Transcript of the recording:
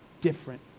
different